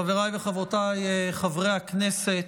חבריי וחברותיי חברי הכנסת,